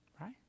Right